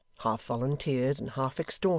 half volunteered and half extorted,